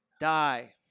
Die